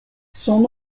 son